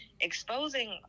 exposing